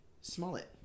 Smollett